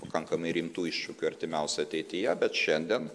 pakankamai rimtų iššūkių artimiausio ateityje bet šiandien